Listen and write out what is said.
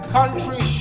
Country